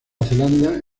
zelanda